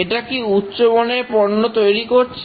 এটা কি উচ্চমানের পণ্য তৈরি করছে